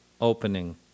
Opening